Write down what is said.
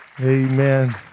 Amen